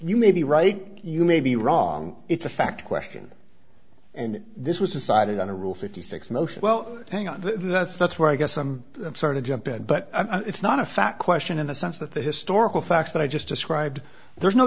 you may be right you may be wrong it's a fact question and this was decided on a rule fifty six motion well hang on that's that's where i get some sort of jump in but it's not a fact question in the sense that the historical facts that i just described there's no